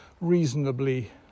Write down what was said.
reasonably